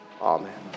Amen